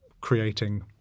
creating